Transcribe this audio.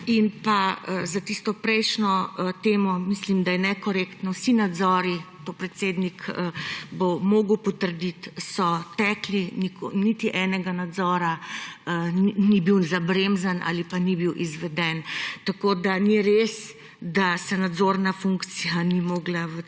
In o tisti prejšnji temi mislim, da je nekorektno, vsi nadzori, predsednik bo to moral potrditi, so tekli, niti en nadzor ni bil zabremzan ali pa da ni bil izveden. Tako da ni res, da se nadzorna funkcija ni mogla v